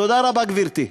תודה רבה, גברתי.